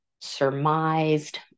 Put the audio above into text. surmised